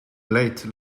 late